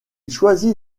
choisit